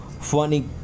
funny